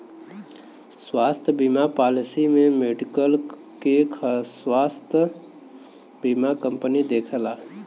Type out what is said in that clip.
स्वास्थ्य बीमा पॉलिसी में मेडिकल खर्चा के स्वास्थ्य बीमा कंपनी देखला